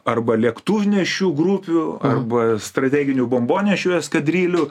arba lėktuvnešių grupių arba strateginių bombonešių eskadrilių